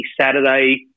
Saturday